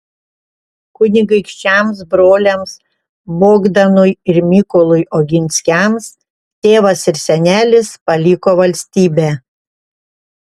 kunigaikščiams broliams bogdanui ir mykolui oginskiams tėvas ir senelis paliko valstybę